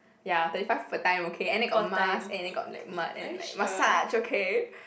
ya thirty five per time okay and then got mask and then got like mud and like massage okay